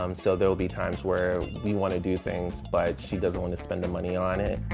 um so there will be times where we want to do things, but she doesn't want to spend the money on it.